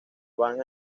van